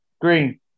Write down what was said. Green